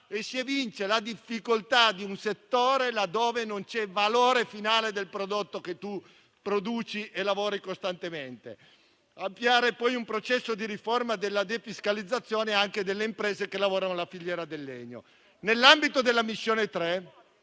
si evince la difficoltà di un settore in cui non c'è il valore finale del prodotto che si produce e si lavora costantemente. È necessario avviare poi un processo di riforma della defiscalizzazione delle imprese che lavorano la filiera del legno. Nell'ambito della missione 3,